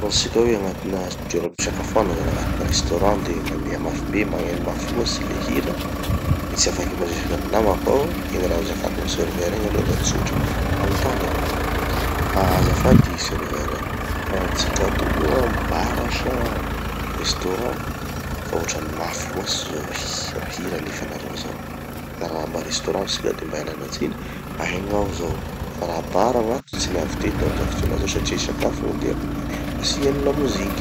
Ataotsika hoe agnatina toeram-pisakafoana zany agnatina restaurant, de mandeha mafy be magneno mafy loatsy le hira, de tsy afaky miresaky amy gny namako aho, de gny raha ho zakako gny serveur igny aloha da tsotra. Hagnotany aho: ah azafady serveur! Fa tsika ato moa bar sa restaurant? Fa hotrany mafy loatsy zo hi- hira alefanareo zao. Ka raha mba restaurant tsika de mba ialana tsiny, ahegnao zao, fa raha bar gn'ato tsy niavy teto zaho amy zao fotoana zao satria hisakafo gny diako fa tsy hiheno lamoziky.